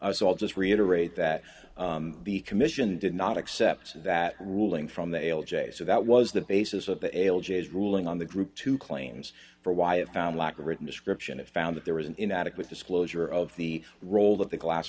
was all just reiterate that the commission did not accept that ruling from the l j so that was the basis of the l j is ruling on the group to claims for why it found lack of written description it found that there was an inadequate disclosure of the role of the class